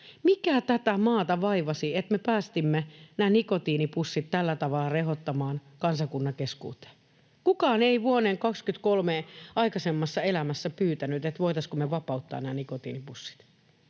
mikä tätä maata vaivasi, että me päästimme nämä nikotiinipussit tällä tavalla rehottamaan kansakunnan keskuuteen? Kukaan ei vuotta 23 aikaisemmassa elämässä pyytänyt, voitaisiinko me vapauttaa nikotiinipussit,